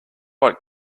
what